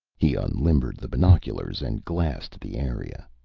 he unlimbered the binoculars and glassed the area.